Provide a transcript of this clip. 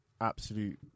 absolute